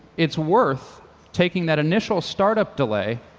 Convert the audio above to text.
it's worth taking that initial startup delay